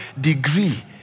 degree